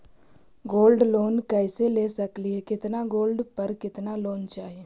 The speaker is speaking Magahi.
गोल्ड लोन कैसे ले सकली हे, कितना गोल्ड पर कितना लोन चाही?